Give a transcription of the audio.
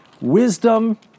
wisdom